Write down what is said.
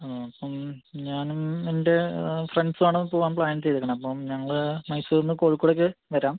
അപ്പം ഞാനും എൻ്റെ ഫ്രണ്ട്സുമാണ് പോവാൻ പ്ലാൻ ചെയ്തേക്കുന്നത് അപ്പം ഞങ്ങൾ മൈസൂരിൽ നിന്ന് കോഴിക്കോടേക്ക് വരാം